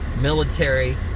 military